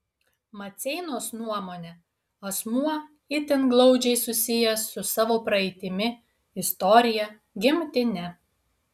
maceinos nuomone asmuo itin glaudžiai susijęs su savo praeitimi istorija gimtine